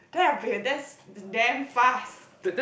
that's damn fast